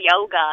yoga